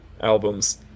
albums